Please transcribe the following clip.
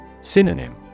Synonym